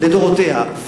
לדורותיה.